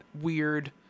weird